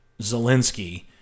Zelensky